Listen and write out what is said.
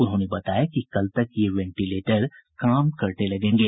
उन्होंने बताया कि कल तक ये वेंटिलेटर काम करने लगेंगे